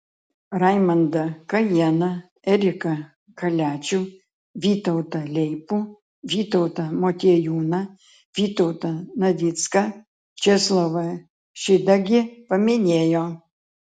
raimondą kajėną eriką kaliačių vytautą leipų vytautą motiejūną vytautą navicką česlovą šidagį paminėjo